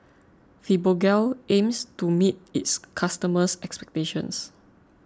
Fibogel aims to meet its customers' expectations